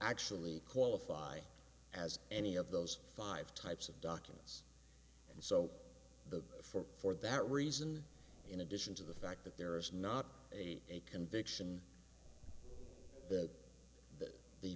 actually qualify as any of those five types of documents and so the for for that reason in addition to the fact that there is not a a conviction that th